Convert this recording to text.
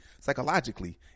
psychologically